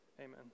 Amen